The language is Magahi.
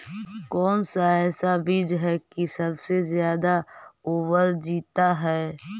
कौन सा ऐसा बीज है की सबसे ज्यादा ओवर जीता है?